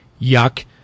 Yuck